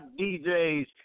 DJs